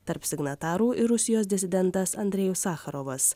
tarp signatarų ir rusijos disidentas andrejus sacharovas